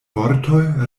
vortoj